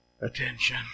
attention